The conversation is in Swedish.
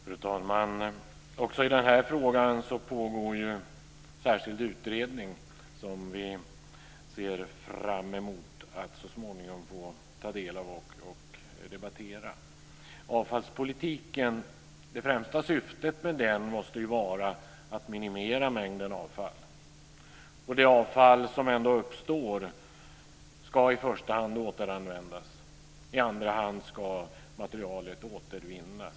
Fru talman! Också i den här frågan pågår en särskild utredning, som vi ser fram emot att så småningom få ta del av och debattera. Det främsta syftet med avfallspolitiken måste vara att minimera mängden avfall. Det avfall som ändå uppstår ska i första hand återanvändas. I andra hand ska materialet återvinnas.